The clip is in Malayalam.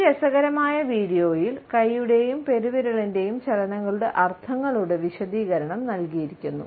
ഈ രസകരമായ വീഡിയോയിൽ കൈയുടെയും പെരുവിരലിന്റെയും ചലനങ്ങളുടെ അർത്ഥങ്ങളുടെ വിശദീകരണം നൽകിയിരിക്കുന്നു